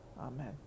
Amen